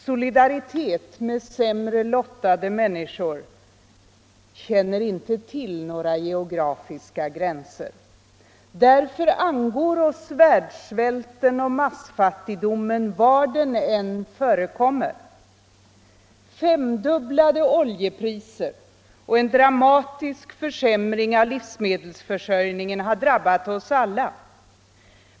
Solidaritet med sämre lottade människor känner inte några geografiska gränser. Därför angår oss världssvälten och massfattigdomen, var den än förekommer. Femdubblade oljepriser och en dramatisk försämring av livsmedelsförsörjningen har drabbat oss alla.